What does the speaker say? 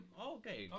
okay